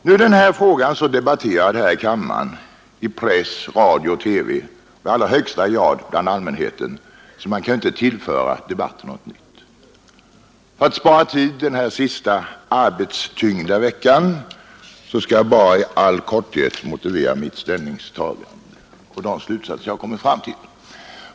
Nu är den här frågan så debatterad häri kammaren, i press, radio och TV och i allra högsta grad bland allmänheten, att man inte kan tillföra debatten något nytt. För att spara tid den här sista arbetstyngda veckan skall jag bara i all korthet motivera mitt ställningstagande och dra de slutsatser jag har kommit fram till.